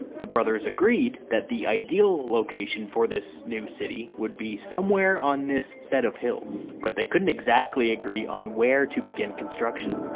the brothers agreed that the ideal location for this new city would be somewhere on this set of hills, but they couldn't exactly agree on where begin construction.